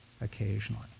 occasionally